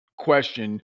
Question